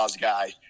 guy